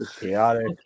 chaotic